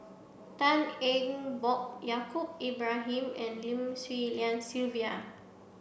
Tan Eng Bock Yaacob Ibrahim and Lim Swee Lian Sylvia